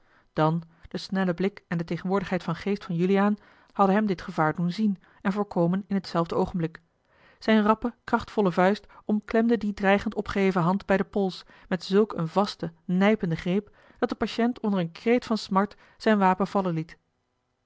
dan de snelle blik en de tegenwoordigheid van geest van juliaan hadden hem dit gevaar doen zien en voorkomen in t zelfde oogenblik zijn rappe krachtvolle vuist omklemde die dreigend opgeheven hand bij den pols met zulk een vasten nijpenden greep dat de patiënt onder een kreet van smart zijn wapen vallen liet